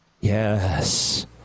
Yes